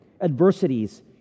adversities